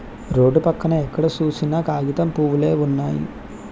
road పక్కన ఎక్కడ సూసినా కాగితం పూవులే వున్నయి